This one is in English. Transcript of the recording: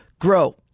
Grow